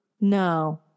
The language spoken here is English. No